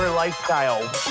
Lifestyle